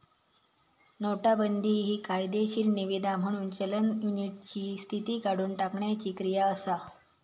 नोटाबंदी हि कायदेशीर निवीदा म्हणून चलन युनिटची स्थिती काढुन टाकण्याची क्रिया असा